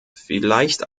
vielleicht